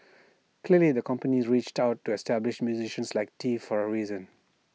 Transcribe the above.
clearly the company reached out the established musicians like tee for A reason